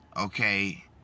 Okay